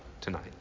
tonight